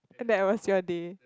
then that was your day